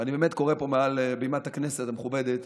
ואני באמת קורא פה מעל בימת הכנסת המכובדת